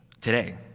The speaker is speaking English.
today